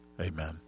amen